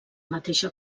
mateixa